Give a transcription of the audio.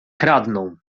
kradną